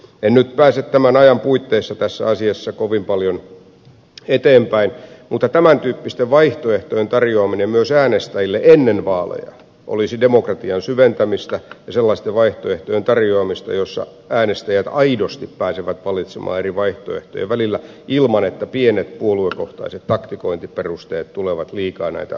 en nyt pääse tämän ajan puitteissa tässä asiassa kovin paljon eteenpäin mutta tämäntyyppisten vaihtoehtojen tarjoaminen myös äänestäjille ennen vaaleja olisi demokratian syventämistä ja sellaisten vaihtoehtojen tarjoamista jossa äänestäjät aidosti pääsevät valitsemaan eri vaihtoehtojen välillä ilman että pienet puoluekohtaiset taktikointiperusteet tulevat liikaa näitä asioita häiritsemään